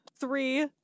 Three